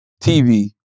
TV